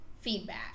feedback